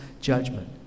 judgment